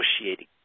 negotiating